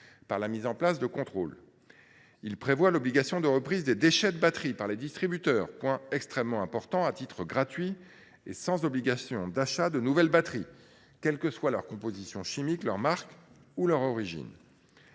par la mise en place de contrôles. Il prévoit l’obligation de reprise des déchets de batteries par les distributeurs – ce point est très important – à titre gratuit et sans obligation d’achat de nouvelles batteries, quelle que soit leur composition chimique, leur marque ou leur origine.